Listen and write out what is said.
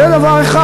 זה דבר אחד.